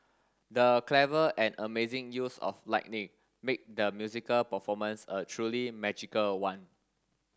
the clever and amazing use of lightning make the musical performance a truly magical one